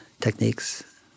techniques